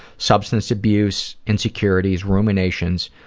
substance abuse, insecurities, ruminations,